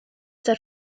der